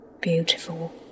Beautiful